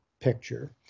picture